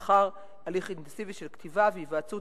לאחר הליך אינטנסיבי של כתיבה והיוועצות